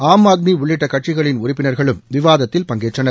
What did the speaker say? ஆம் ஆத்மி உள்ளிட்ட கட்சிகளின் உறுப்பினர்களும் விவாதத்தில் பங்கேற்றனர்